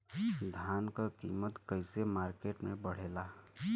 धान क कीमत कईसे मार्केट में बड़ेला?